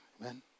Amen